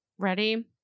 Ready